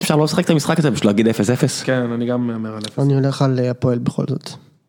‫אפשר לא לשחק את המשחק הזה ‫בשביל להגיד אפס-אפס? ‫כן, אני גם אומר על אפס-אפס. ‫-אני הולך על הפועלת בכל זאת.